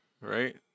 Right